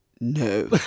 No